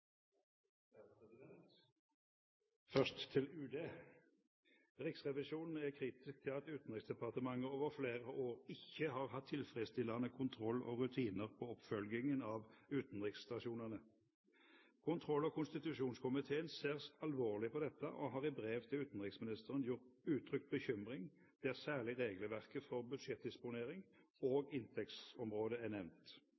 gjør. Først til UD. Riksrevisjonen er kritisk til at Utenriksdepartementet over flere år ikke har hatt tilfredsstillende kontroll og rutiner på oppfølgingen av utenriksstasjonene. Kontroll- og konstitusjonskomiteen ser alvorlig på dette og har i brev til utenriksministeren uttrykt bekymring, der særlig regelverket for budsjettdisponering